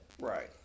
Right